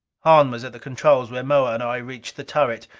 hahn was at the controls when moa and i reached the turret.